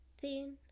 thin